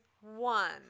one